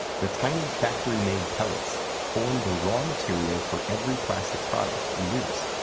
the tiny factory-made pellets form the raw material for every plastic product we use.